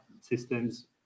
systems